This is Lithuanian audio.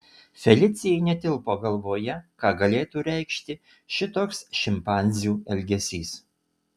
felicijai netilpo galvoje ką galėtų reikšti šitoks šimpanzių elgesys